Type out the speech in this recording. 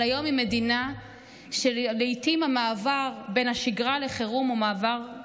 היום היא מדינה שלעיתים המעבר בה בין השגרה לחירום הוא מעבר של